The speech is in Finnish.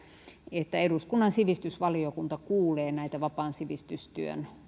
että eduskunnan sivistysvaliokunta kuulee näitä vapaan sivistystyön